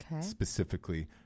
specifically